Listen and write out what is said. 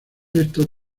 esto